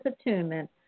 attunement